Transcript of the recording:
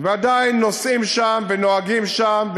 ועדיין נוסעים שם ונוהגים שם,